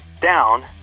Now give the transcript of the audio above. down